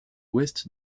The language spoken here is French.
ouest